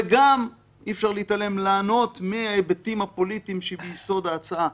וגם אי-אפשר להתעלם מההיבטים הפוליטיים שביסוד ההצעה,